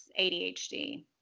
ADHD